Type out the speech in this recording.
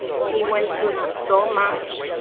he went through so much.